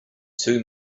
too